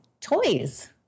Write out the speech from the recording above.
toys